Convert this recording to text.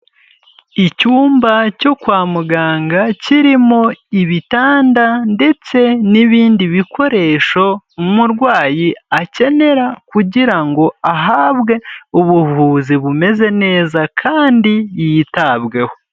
Icyumba cyo kwa muganga, kirimo ibitanda, ndetse n'ibindi bikoresho umurwayi akenera, kugira ngo ahabwe ubuvuzi bumeze neza, kandi yitabweho.